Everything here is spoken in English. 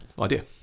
Idea